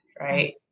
right